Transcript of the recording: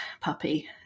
puppy